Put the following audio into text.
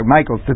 Michael